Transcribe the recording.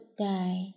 die